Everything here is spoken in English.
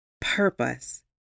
purpose